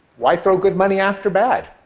why throw good money after bad?